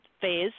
phase